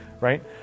right